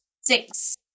Six